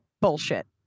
bullshit